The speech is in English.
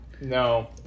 No